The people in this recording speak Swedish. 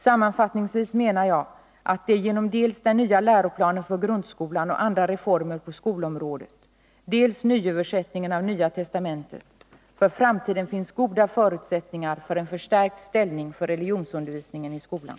Sammanfattningsvis menar jag att det genom dels den nya läroplanen för grundskolan och andra reformer på skolområdet, dels nyöversättningen av Nya testamentet för framtiden finns goda förutsättningar för en förstärkt ställning för religionsundervisningen i skolan.